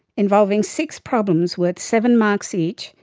involving six problems worth seven marks each,